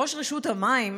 ראש רשות המים,